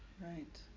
Right